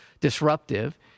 disruptive